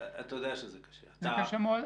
זה קשה מאוד.